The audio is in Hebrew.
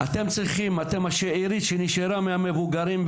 אתם השארית שנשארה מהמבוגרים,